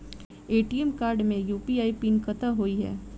ATM card मे UPI PIN कतह होइ है?